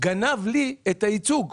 גנב לי את הייצוג.